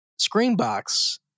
Screenbox